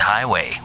Highway